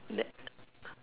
tha~